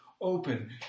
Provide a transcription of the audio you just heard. open